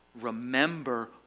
Remember